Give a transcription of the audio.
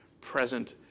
present